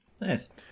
Nice